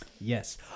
Yes